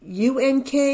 UNK